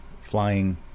flying